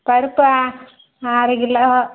பருப்பா அரைக்கிலோ